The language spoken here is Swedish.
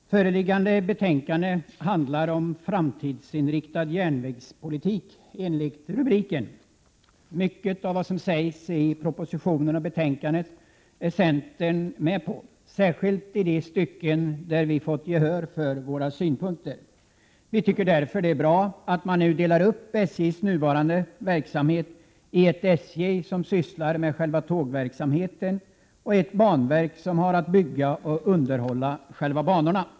Herr talman! Föreliggande betänkande handlar enligt rubriken om en framtidsinriktad järnvägspolitik. Mycket av vad som sägs i propositionen och i betänkandet är centern med på, särskilt i de stycken som centern fått gehör för sina synpunkter. Vi tycker därför det är bra att man nu delar upp SJ:s nuvarande verksamhet i ett SJ som sysslar med själva tågverksamheten och ett banverk som har att bygga och underhålla själva banorna.